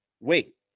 wait